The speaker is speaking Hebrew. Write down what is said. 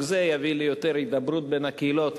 זה יביא ליותר הידברות בין הקהילות,